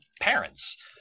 parents